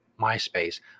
MySpace